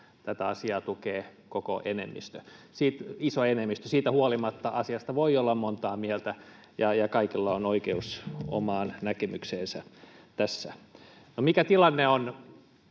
tätä asiaa tukee iso enemmistö. Siitä huolimatta asiasta voi olla monta mieltä ja kaikilla on oikeus omaan näkemykseensä tässä. No, mikä tilanne on